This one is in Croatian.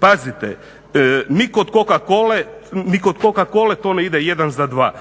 Pazite, ni kod coca-cole to ne ide jedan za dva,